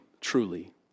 truly